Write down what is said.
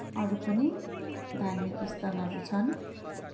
अरू पनि धार्मिक स्थलहरू छन्